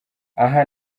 aha